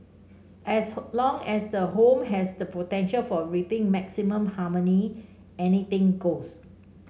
as long as the home has the potential for reaping maximum harmony anything goes